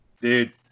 Dude